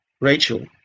Rachel